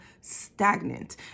stagnant